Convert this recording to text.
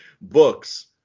books